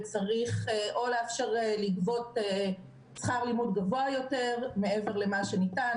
וצריך או לאפשר לגבות שכר לימוד גבוה יותר מעבר למה שניתן,